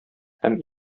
һәм